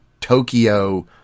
Tokyo